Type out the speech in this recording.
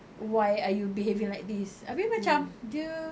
why are you behaving like this abeh macam dia